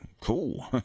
cool